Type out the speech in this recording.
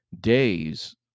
days